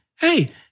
hey